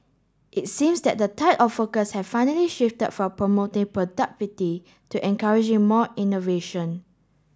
it seems that the tide of focus has finally shifted from promoting productivity to encouraging more innovation